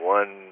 one